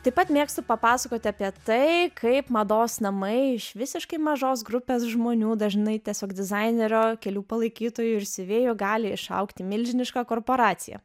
taip pat mėgstu papasakoti apie tai kaip mados namai iš visiškai mažos grupės žmonių dažnai tiesiog dizainerio kelių palaikytojų ir siuvėjų gali išaugti milžiniška korporacija